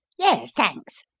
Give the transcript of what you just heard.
yes, thanks,